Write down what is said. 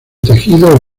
tejidos